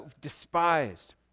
Despised